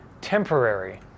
temporary